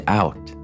out